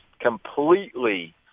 completely